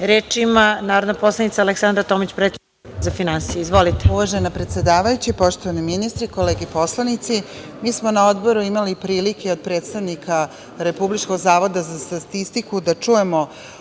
Reč ima narodna poslanica Aleksandra Tomić, predsednik Odbora za finansije. Izvolite. **Aleksandra Tomić** Uvažena predsedavajuća, poštovani ministre, kolege poslanici, mi smo na Odboru imali prilike od predstavnika Republičkog zavoda za statistiku da čujemo